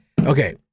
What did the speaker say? okay